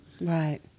right